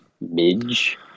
Midge